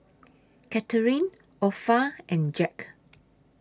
Katharyn Opha and Jack